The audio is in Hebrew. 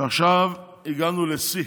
שעכשיו הגענו לשיא.